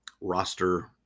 roster